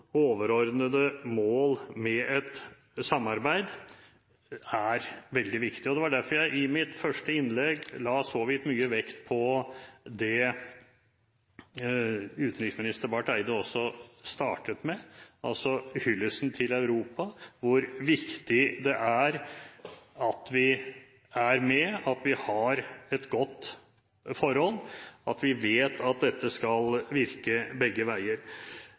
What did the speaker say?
overordnede mål med et samarbeid er veldig viktig. Det var derfor jeg i mitt første innlegg la så vidt mye vekt på det utenriksminister Barth Eide også startet med, altså hyllesten til Europa: hvor viktig det er at vi er med, at vi har et godt forhold, og at vi vet at dette skal virke begge veier.